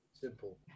Simple